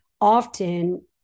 often